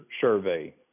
survey